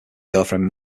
girlfriend